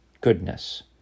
goodness